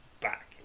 back